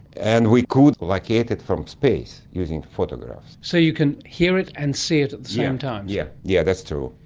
and we could locate it from space using photographs. so you can hear it and see it at the same time? yes, yeah yeah that's true.